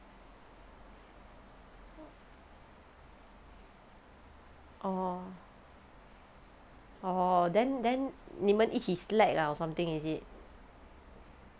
orh orh then then 你们一起 slack ah or something is it